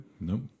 Nope